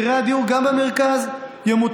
מחירי הדיור גם במרכז ימותנו.